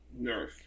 Nerf